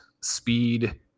speed